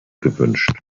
gewünscht